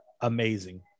amazing